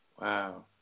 Wow